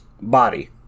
body